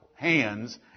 hands